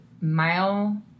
mile